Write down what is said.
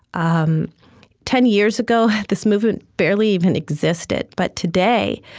um ten years ago, this movement barely even existed, but today,